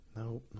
No